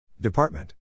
Department